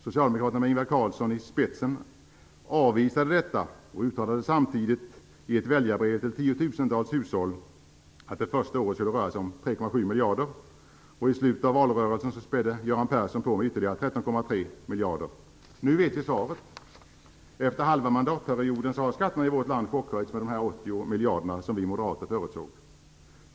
Socialdemokraterna, med Ingvar Carlsson i spetsen, avvisade detta och uttalade samtidigt i ett väljarbrev till tiotusentals hushåll att det första året skulle det röra sig om 3,7 miljarder kronor. I slutet av valrörelsen spädde Göran Persson på med ytterligare 13,3 Nu vet vi svaret. Efter halva mandatperioden har skatterna i vårt land chockhöjts med de 80 miljarder som vi moderater förutsåg.